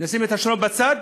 נשים את השלום בצד,